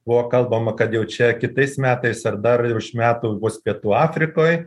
buvo kalbama kad jau čia kitais metais ar dar ir už metų bus pietų afrikoj